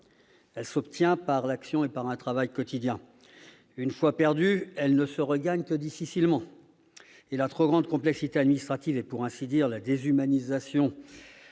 Elle s'obtient par l'action et par un travail quotidien. Une fois perdue, elle ne se regagne que difficilement. Or la trop grande complexité administrative et, pour ainsi dire, la déshumanisation